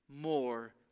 more